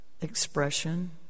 expression